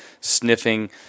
sniffing